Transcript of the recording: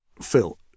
Phil